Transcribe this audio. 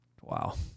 Wow